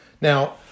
Now